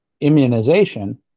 immunization